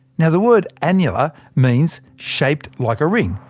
yeah the word annular means shaped like a ring.